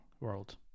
world